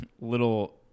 little